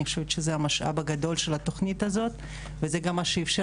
אני חושבת שזה המשאב הגדול של התוכנית הזאת וזה גם מה שאפשר